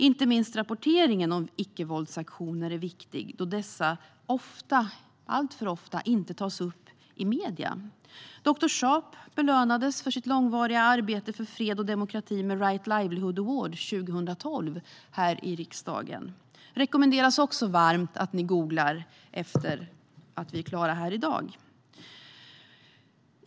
Inte minst rapporteringen om icke-våldsaktioner är viktig, då dessa alltför ofta inte tas upp i medierna. Doktor Sharp belönades för sitt långvariga arbete för fred och demokrati med Right Livelihood Award 2012 här i riksdagen. Det rekommenderas varmt att ni googlar när vi är klara här i dag.